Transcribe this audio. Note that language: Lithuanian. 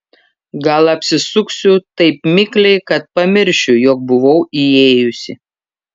gal apsisuksiu taip mikliai kad pamiršiu jog buvau įėjusi